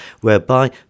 whereby